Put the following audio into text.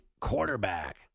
quarterback